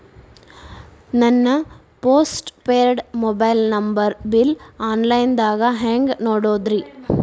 ನನ್ನ postpaid mobile number bill, online ದಾಗ ಹ್ಯಾಂಗ್ ನೋಡೋದ್ರಿ?